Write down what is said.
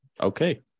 Okay